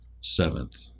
seventh